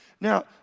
Now